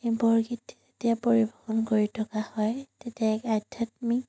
এই বৰগীত যেতিয়া পৰিবেশন কৰি থকা হয় তেতিয়া এক আধ্যাত্মিক